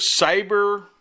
cyber